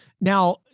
now